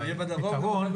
פתרון,